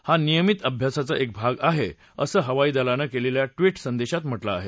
हा नियमित अभ्यासाचा एक भाग आहे असं हवाईदलानं केलेल्या ट्विट संदेशात म्हटलं आहे